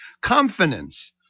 confidence